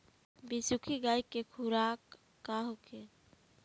बिसुखी गाय के खुराक का होखे?